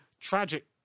tragic